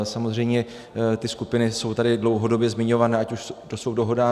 Samozřejmě ty skupiny jsou tady dlouhodobě zmiňované, ať už to jsou dohodáři.